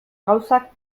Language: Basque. gauzak